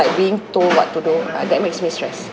being told what to do ah that makes me stressed